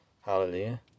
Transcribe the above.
hallelujah